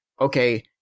okay